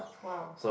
!wow!